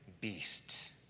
beast